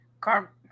Car